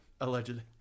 allegedly